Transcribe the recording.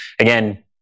again